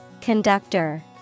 Conductor